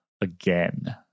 again